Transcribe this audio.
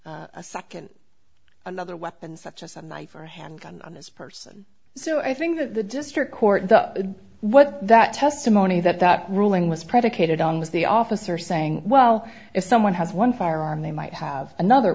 a nd another weapon such as a knife or a handgun on his person so i think that the district court the what that testimony that that ruling was predicated on was the officer saying well if someone has one firearm they might have another